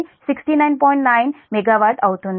9 MW వస్తుంది